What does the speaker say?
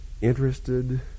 interested